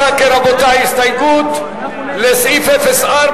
רזרבה לסעיף ראש הממשלה,